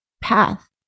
path